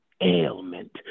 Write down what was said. ailment